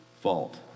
fault